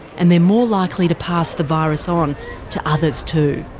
and they're more likely to pass the virus on to others too.